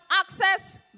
access